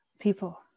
people